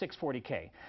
640K